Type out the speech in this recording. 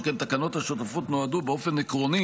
שכן תקנות השותפות נועדו באופן עקרוני